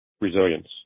resilience